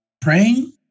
praying